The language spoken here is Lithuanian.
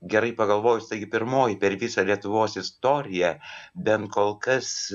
gerai pagalvojus taigi pirmoji per visą lietuvos istoriją bent kol kas